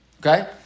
Okay